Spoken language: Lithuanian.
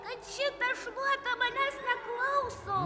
kad šita šluota manęs neklauso